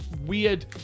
weird